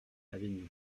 avignon